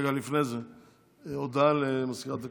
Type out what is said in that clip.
רגע, לפני זה הודעה למזכירת הכנסת.